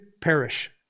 perish